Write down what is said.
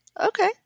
Okay